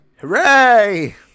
Hooray